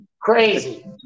crazy